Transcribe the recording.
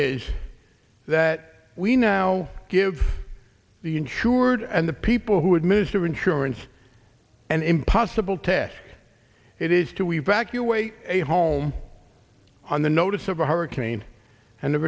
is that we now give the insured and the people who administer insurance and impossible tests it is to evacuated a home on the notice of a hurricane and the